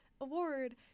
award